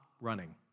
running